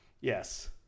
yes